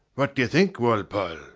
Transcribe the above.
what d'ye think, walpole?